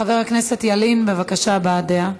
חבר הכנסת ילין, בבקשה, הבעת דעה.